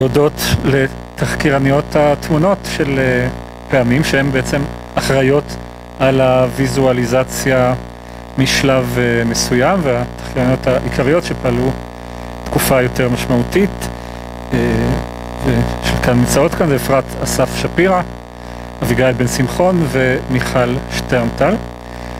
תודות לתחקירניות התמונות של פעמים שהן בעצם אחראיות על הוויזואליזציה משלב מסוים והתחקירניות העיקריות שפעלו תקופה יותר משמעותית, ושל כאן, נמצאות כאן, זה אפרת אסף שפירא, אביגיל בן שמחון ומיכל שטרנטל